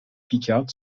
picarde